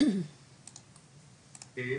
כן,